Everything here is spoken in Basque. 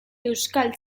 euskal